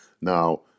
Now